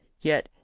yet,